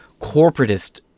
corporatist